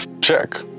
Check